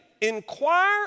Inquire